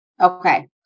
Okay